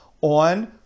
on